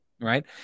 Right